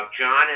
John